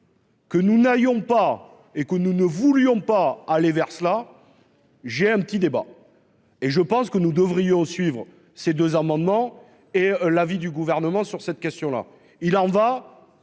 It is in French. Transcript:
Que nous n'ayons pas et que nous ne voulions pas aller vers cela. J'ai un petit débat. Et je pense que nous devrions suivre ces deux amendements et l'avis du gouvernement sur cette question là. Il en va.